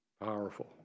Powerful